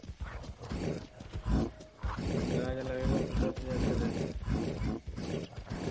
बारह हज़ार लगेगा तो दस हज़ार दे देंगे